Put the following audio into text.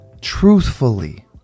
Truthfully